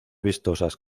vistosas